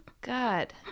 god